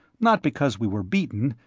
not because we were beaten,